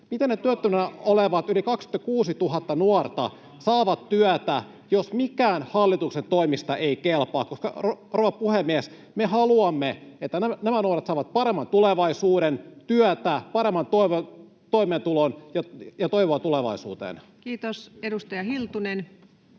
Miten ne työttömänä olevat yli 26 000 nuorta saavat työtä, jos mikään hallituksen toimista ei kelpaa? Rouva puhemies! Me haluamme, että nämä nuoret saavat paremman tulevaisuuden, työtä, paremman toimeentulon ja toivoa tulevaisuuteen. [Speech 59] Speaker: